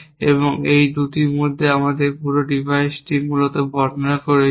এবং এই 2টির মধ্যে আমরা পুরো ডিভাইসটি মূলত বর্ণনা করেছি